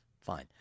fine